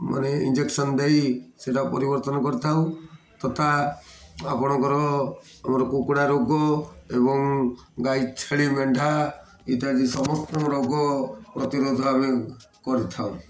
ମାନେ ଇଞ୍ଜେକ୍ସନ ଦେଇ ସେଇଟା ପରିବର୍ତ୍ତନ କରିଥାଉ ତଥା ଆପଣଙ୍କର ଆମର କୁକୁଡ଼ା ରୋଗ ଏବଂ ଗାଈ ଛେଳି ମେଣ୍ଢା ଇତ୍ୟାଦି ସମସ୍ତ ରୋଗ ପ୍ରତିରୋଧ ଆମେ କରିଥାଉ